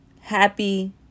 Happy